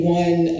one